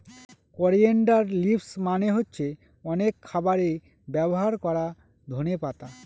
coriander leaves মানে হচ্ছে অনেক খাবারে ব্যবহার করা ধনে পাতা